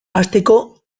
hasteko